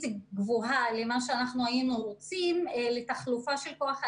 גבוהה מכפי היינו רוצים בתחלופה של כוח אדם.